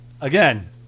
again